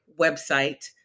website